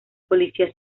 policía